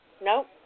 Nope